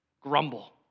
grumble